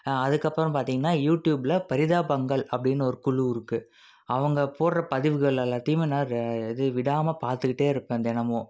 அதுக்கப்புறம் பார்த்தீங்கனா யூடியூப்பில் பரிதாபங்கள் அப்படின்னு ஒரு குழு இருக்குது அவங்க போடுற பதிவுகள் எல்லாத்தையுமே நான் இது விடாமல் பார்த்துக்கிட்டே இருப்பேன் தினமும்